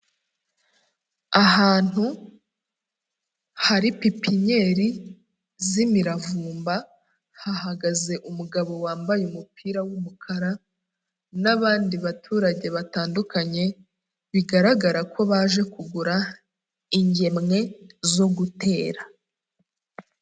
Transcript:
Ahantu hari pipinyeri z'imiravumba, hahagaze umugabo wambaye umupira w'umukara n'abandi baturage batandukanye, bigaragara ko baje kugura ingemwe zo gutera.